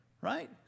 right